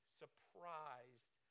surprised